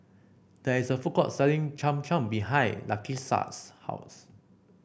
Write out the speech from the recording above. there is a food court selling Cham Cham behind Lakisha's house